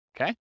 Okay